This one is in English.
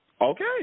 Okay